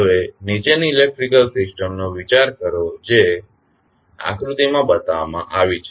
હવે નીચેની ઇલેકટ્રીકલ સિસ્ટમનો વિચાર કરો જે આકૃતિમાં બતાવવામાં આવી છે